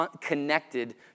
connected